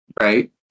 right